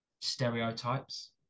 stereotypes